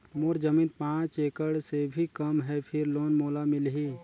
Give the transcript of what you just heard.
मोर जमीन पांच एकड़ से भी कम है फिर लोन मोला मिलही?